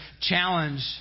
challenge